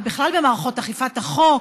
ובכלל במערכות אכיפת החוק,